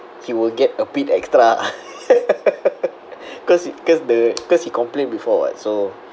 he will get a bit extra cause cause the cause he complained before what so